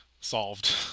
Solved